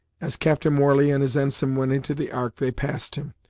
as captain warley and his ensign went into the ark they passed him,